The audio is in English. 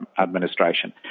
administration